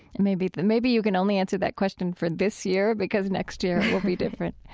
and maybe maybe you can only answer that question for this year, because next year will be different